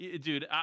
Dude